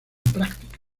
práctica